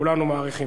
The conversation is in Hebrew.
כולנו מעריכים.